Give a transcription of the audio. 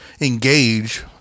Engage